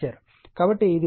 కాబట్టి ఇది ప్రాథమికంగా 0